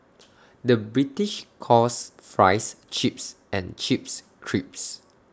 the British calls Fries Chips and Chips Crisps